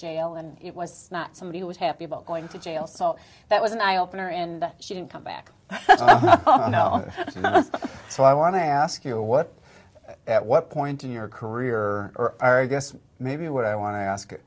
jail and it was not somebody who was happy about going to jail so that was an eye opener in she didn't come back now so i want to ask you what at what point in your career i guess maybe what i want to ask